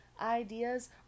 ideas